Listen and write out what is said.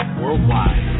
worldwide